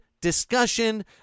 discussion